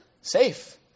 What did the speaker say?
safe